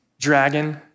dragon